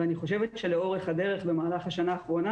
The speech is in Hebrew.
אני חושבת שלאורך הדרך במהלך השנה האחרונה